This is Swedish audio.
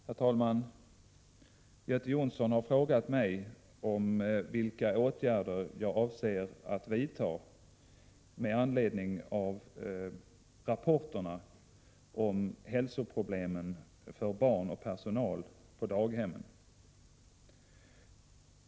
Herr talman! Göte Jonsson har frågat mig vilka åtgärder jag avser att vidta med anledning av rapporterna om hälsoproblemen för barn och personal på daghem.